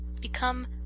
become